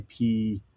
IP